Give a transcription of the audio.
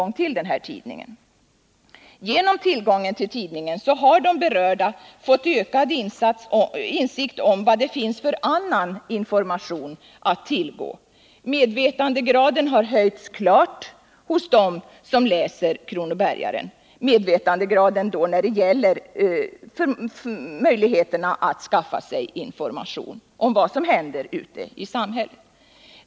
Genom tillgången till tidningen har de berörda fått ökad insikt om vad det finns för annan information att tillgå. Medvetandegraden när det gäller möjligheterna att skaffa sig information om vad som händer ute i samhället har höjts klart hos dem som läser Kronobergaren.